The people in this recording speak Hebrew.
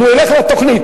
אם הוא הולך לתוכנית,